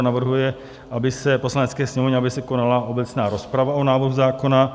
I. navrhuje Poslanecké sněmovně, aby se konala obecná rozprava o návrhu zákona;